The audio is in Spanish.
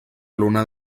luna